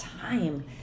time